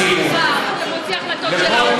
אתה מוציא החלטות של האו"ם.